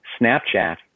Snapchat